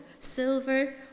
silver